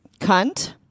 Cunt